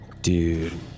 Dude